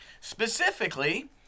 Specifically